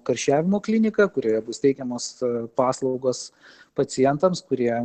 karščiavimo klinika kurioje bus teikiamos paslaugos pacientams kurie